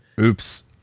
oops